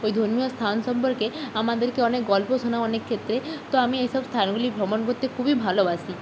ওই ধর্মীয় স্থান সম্পর্কে আমাদেরকে অনেক গল্প শোনায় অনেক ক্ষেত্রে তো আমি এই সব স্থানগুলি ভ্রমণ করতে খুবই ভালোবাসি